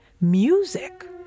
Music